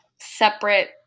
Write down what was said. separate